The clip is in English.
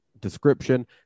description